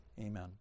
Amen